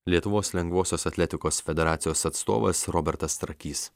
lietuvos lengvosios atletikos federacijos atstovas robertas trakys